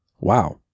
Wow